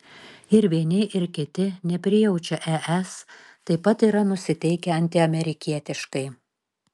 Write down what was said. ir vieni ir kiti neprijaučia es taip pat yra nusiteikę antiamerikietiškai